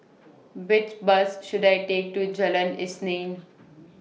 Which Bus should I Take to Jalan Isnin